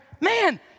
Man